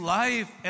life